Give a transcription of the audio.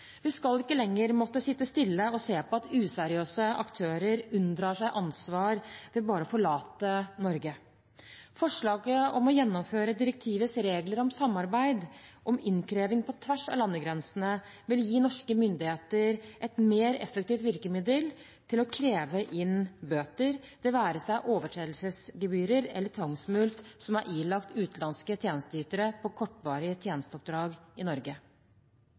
skal ikke lenger måtte sitte stille og se på at useriøse aktører unndrar seg ansvar ved bare å forlate Norge. Forslaget om å gjennomføre direktivets regler om samarbeid om innkreving på tvers av landegrensene vil gi norske myndigheter et mer effektivt virkemiddel til å kreve inn bøter, det være seg overtredelsesgebyrer eller tvangsmulkt som er ilagt utenlandske tjenesteytere på kortvarige tjenesteoppdrag i Norge.